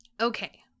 Okay